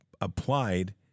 applied